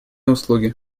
услуги